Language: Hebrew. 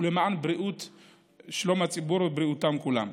למען שלום הציבור ובריאותם של כולם.